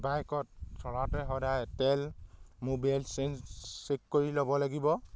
বাইকত চলাওঁতে সদায় তেল ম'বিল চেঞ্জ চেক কৰি ল'ব লাগিব